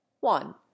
one